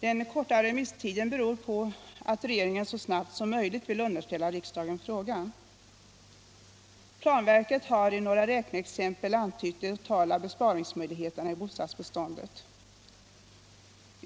Den korta remisstiden beror på att regeringen så snart som möjligt vill underställa riksdagen frågan. Planverket har i några räkneexempel antytt de totala besparingsmöjligheterna i bostadsbeståndet.